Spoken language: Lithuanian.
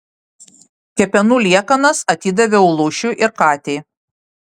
kepenų liekanas atidaviau lūšiui ir katei